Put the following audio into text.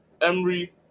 Emery